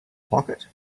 pocket